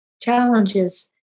challenges